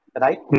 right